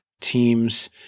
teams